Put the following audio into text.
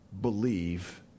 believe